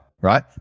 right